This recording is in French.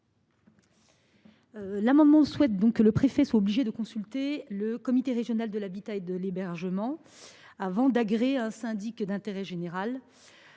amendement souhaitent que le préfet soit obligé de consulter le comité régional de l’habitat et de l’hébergement avant d’agréer un syndic d’intérêt général,